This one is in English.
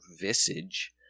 visage